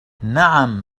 نعم